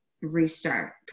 restart